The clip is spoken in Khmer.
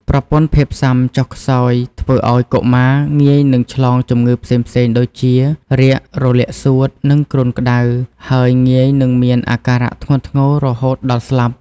ប្រព័ន្ធភាពស៊ាំចុះខ្សោយ ធ្វើឱ្យកុមារងាយនឹងឆ្លងជំងឺផ្សេងៗដូចជា រាគ រលាកសួត និងគ្រុនក្តៅ ហើយងាយនឹងមានអាការៈធ្ងន់ធ្ងររហូតដល់ស្លាប់។